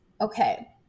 okay